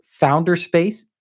Founderspace